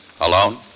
Alone